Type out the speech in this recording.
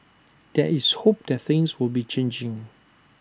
there is hope that things will be changing